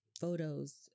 photos